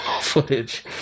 footage